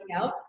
out